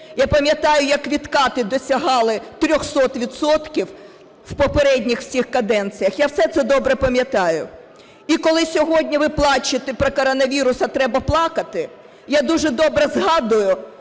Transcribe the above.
Я пам'ятаю, як відкати досягали 300 відсотків в попередніх всіх каденціях, я все це добре пам'ятаю. І коли сьогодні ви плачете про коронавірус, а треба плакати, я дуже добре згадую,